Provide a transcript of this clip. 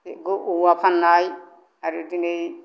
औवा फान्नाय आरो बिदिनो